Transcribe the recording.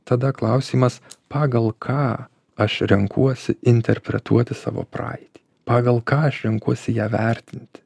tada klausimas pagal ką aš renkuosi interpretuoti savo praeitį pagal ką aš renkuosi ją vertinti